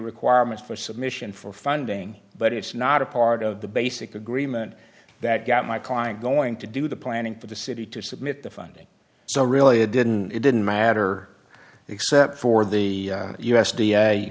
requirement for submission for funding but it's not a part of the basic agreement that got my client going to do the planning for the city to submit the funding so really it didn't it didn't matter except for the u